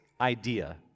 idea